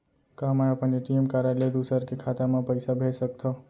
का मैं अपन ए.टी.एम कारड ले दूसर के खाता म पइसा भेज सकथव?